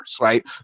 right